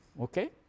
okay